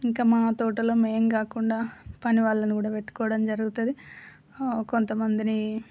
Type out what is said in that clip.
ఇంకా మా తోటలో మేం కాకుండా పని వాళ్ళని కూడా పెట్టుకోవడం జరుగుతుంది కొంత మందిని